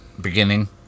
Beginning